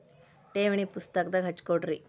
ಠೇವಣಿ ಪುಸ್ತಕದಾಗ ಹಚ್ಚಿ ಕೊಡ್ರಿ